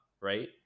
right